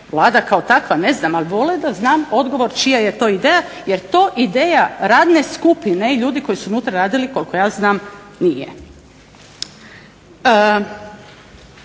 Vlada kao takva, ne znam, ali volila bih da znam odgovor čija je to ideja, jer to ideja radne skupine, ljudi koji su unutra radili koliko ja znam nije.